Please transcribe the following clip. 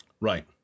Right